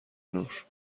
نور